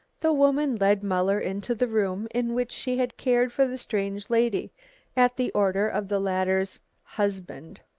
the woman led muller into the room in which she had cared for the strange lady at the order of the latter's husband.